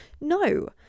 No